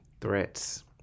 threats